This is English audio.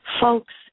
Folks